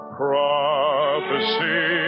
prophecy